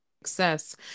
Success